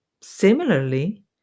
similarly